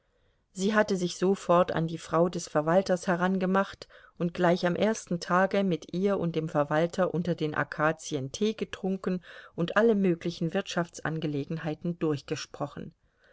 sie hatte sich sofort an die frau des verwalters herangemacht und gleich am ersten tage mit ihr und dem verwalter unter den akazien tee getrunken und alle möglichen wirtschaftsangelegenheiten durchgesprochen